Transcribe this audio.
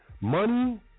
money